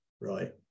Right